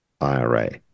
IRA